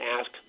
ask